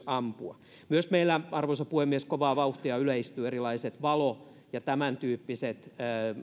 ampua myös meillä arvoisa puhemies kovaa vauhtia yleistyvät erilaiset valo ja tämäntyyppiset